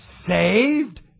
saved